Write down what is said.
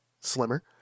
slimmer